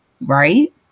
Right